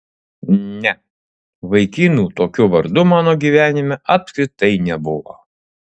ne vaikinų tokiu vardu mano gyvenime apskritai nebuvo